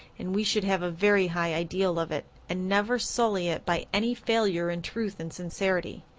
and we should have a very high ideal of it, and never sully it by any failure in truth and sincerity.